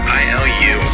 ilu